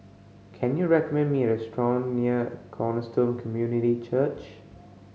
can you recommend me a restaurant near Cornerstone Community Church